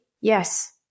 yes